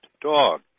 Dog